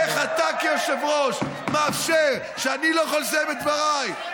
איך אתה כיושב-ראש לא מאפשר ואני לא יכול לסיים את דבריי?